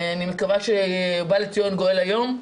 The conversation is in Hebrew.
ומקווה שבא לציון גואל היום.